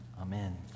Amen